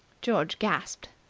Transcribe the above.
george gasped.